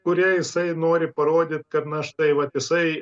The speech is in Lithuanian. kuria jisai nori parodyt kad na štai vat jisai